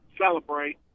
celebrate